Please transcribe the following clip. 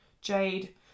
jade